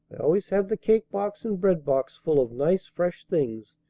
i always have the cake-box and bread-box full of nice fresh things,